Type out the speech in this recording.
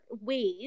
ways